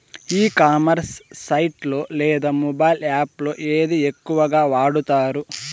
ఈ commerce site లో లేదా మొబైల్ యాప్ లో ఏది ఎక్కువగా వాడుతారు?